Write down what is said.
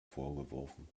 vorgeworfen